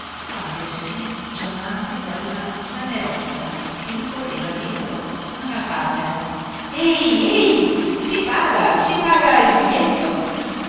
quando si sentì chiamare da una nanerottola che gli correva dietro come una papera ehi ehi si paga si paga il biglietto